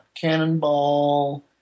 cannonball